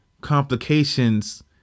complications